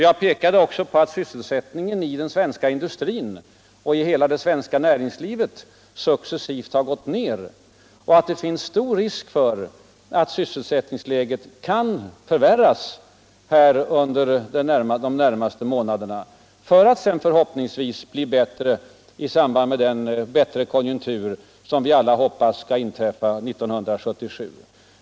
Jag har också påvisat all sysselsättningen i den svenska industrin och i hela det svenska näringslivet successivt har gått ner och att det finns stor risk för att sysselsättningsläget kan förvärras under de närmaste månaderna. för att förhoppningsvis bli bättre i samband med det konjunkturuppsving som vi alla hoppas skall inträffa 1977.